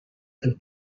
del